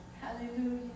Hallelujah